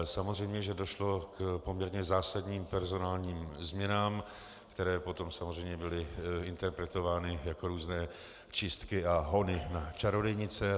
Samozřejmě že došlo k poměrně zásadním personálním změnám, které potom samozřejmě byly interpretovány jako různé čistky a hony na čarodějnice.